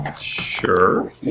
Sure